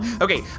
Okay